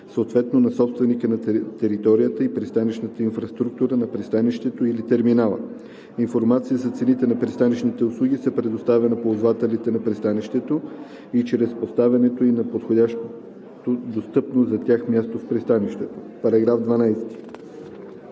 съответно на собственика на територията и пристанищната инфраструктура на пристанището или терминала. Информация за цените на пристанищните услуги се предоставя на ползвателите на пристанището и чрез поставянето ѝ на подходящо достъпно за тях място в пристанището.“ По § 12